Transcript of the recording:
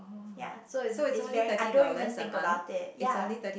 ya so its its very I don't even think about it ya